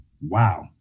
wow